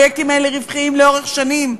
הפרויקטים האלה רווחיים לאורך שנים.